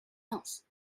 else